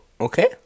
Okay